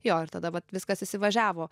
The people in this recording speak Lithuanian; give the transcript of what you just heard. jo ir tada vat viskas įsivažiavo